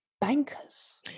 bankers